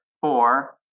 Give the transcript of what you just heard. four